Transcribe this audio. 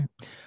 right